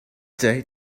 day